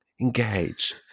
Engage